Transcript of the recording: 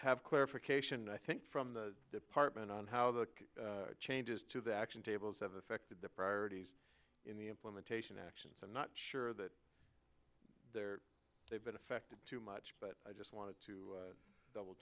have clarification i think from the department on how the changes to the action tables have affected the priorities in the implementation actions i'm not sure that they're they've been affected too much but i just wanted to double